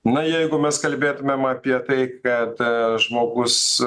na jeigu mes kalbėtumėm apie tai kad žmogus